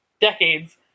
decades